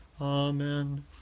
Amen